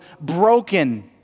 broken